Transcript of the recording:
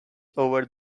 over